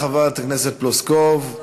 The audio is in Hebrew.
חברת הכנסת פלוסקוב,